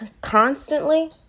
constantly